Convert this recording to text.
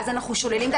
אז אנחנו שוללים את